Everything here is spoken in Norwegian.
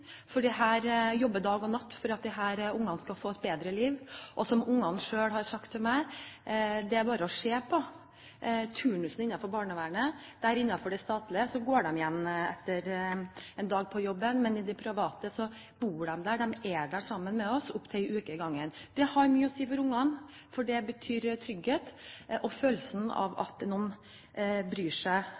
for de jobber dag og natt for at disse barna skal få et bedre liv. Og som barna selv har sagt til meg, er det bare å se på turnusen innenfor barnevernet; innenfor det statlige går de hjem etter en dag på jobben, men innenfor det private bor de der, de er der sammen med oss i opptil en uke av gangen. Det har mye å si for barna, for det betyr trygghet og at de får en følelse av at noen bryr seg